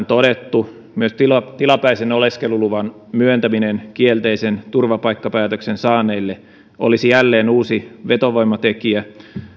todettu myös tilapäisen oleskeluluvan myöntäminen kielteisen turvapaikkapäätöksen saaneille olisi jälleen uusi vetovoimatekijä